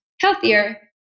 healthier